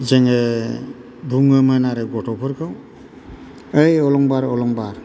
जोङो बुङोमोन आरो गथ'फोरखौ ओइ अलंबार अलंबार